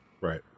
Right